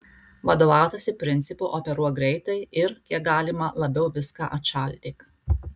vadovautasi principu operuok greitai ir kiek galima labiau viską atšaldyk